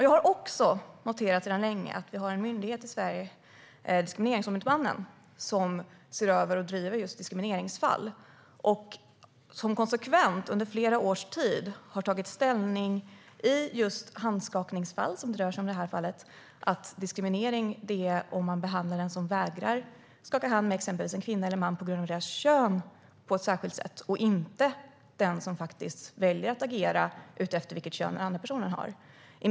Jag har även sedan länge noterat att vi har en myndighet i Sverige, Diskrimineringsombudsmannen, som ser över och driver just diskrimineringsfall. Denna myndighet har i handskakningsfall, som det rör sig om här, under flera års tid konsekvent tagit ställning för att det är diskriminering att behandla den som vägrar att skaka hand med en kvinna eller man på grund av kön på ett särskilt sätt. Det är alltså inte den som väljer att agera utifrån vilket kön den andra personer har som diskriminerar.